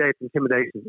intimidation